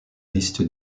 liste